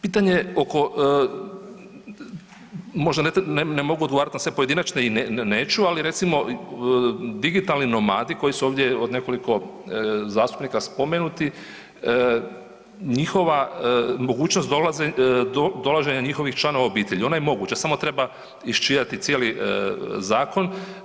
Pitanje oko, možda ne mogu odgovarat na sve pojedinačne i neću, ali recimo digitalni nomadi koji su ovdje od nekoliko zastupnika spomenuti, njihova, mogućnost dolaženja njihovih članova obitelji, ona je moguća samo treba iščitati cijeli zakon.